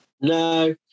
No